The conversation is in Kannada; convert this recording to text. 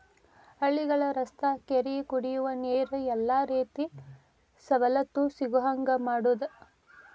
ಹಳ್ಳಿಗಳ ರಸ್ತಾ ಕೆರಿ ಕುಡಿಯುವ ನೇರ ಎಲ್ಲಾ ರೇತಿ ಸವಲತ್ತು ಸಿಗುಹಂಗ ಮಾಡುದ